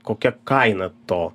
kokia kaina to